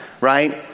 right